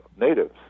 natives